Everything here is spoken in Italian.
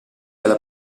alla